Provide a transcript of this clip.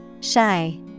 Shy